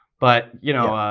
but, you know,